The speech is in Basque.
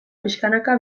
pixkanaka